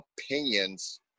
opinions